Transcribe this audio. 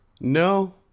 No